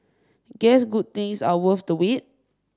guess good things are worth the wait